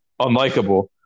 unlikable